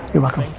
you're welcome.